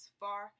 far